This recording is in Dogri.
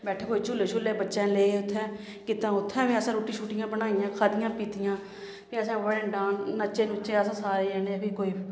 बैठे कोई झूले शूले बच्चें ले उत्थैं उत्थैं बी असें रुट्टी शुट्टी बनाइयां खाद्धियां पीतियां फ्ही असें बड़े डांस नच्चे नुच्चे अस सारे जने फ्ही